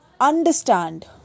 understand